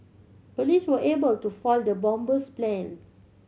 police were able to foil the bomber's plan